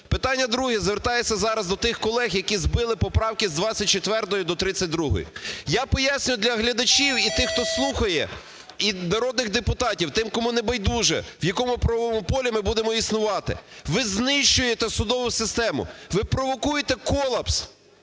Питання друге. Звертаюся зараз до тих колег, які збили поправки з 24-ї до 32-ї. Я пояснюю для глядачів і тих, хто слухає, і народних депутатів, тим, кому небайдуже, в якому правовому полі ми будемо існувати. Ви знищуєте судову систему, ви провокуєте колапс.